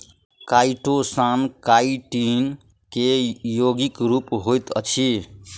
chitosan chitin के यौगिक रूप होइत अछि